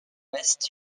west